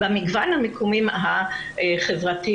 במגוון המיקומים החברתיים,